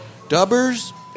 Dubbers